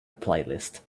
playlist